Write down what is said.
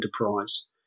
enterprise